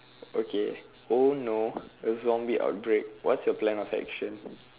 okay oh no the zombie outbreak what's your plan of action